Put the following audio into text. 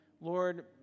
Lord